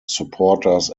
supporters